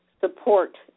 support